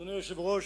אדוני היושב-ראש,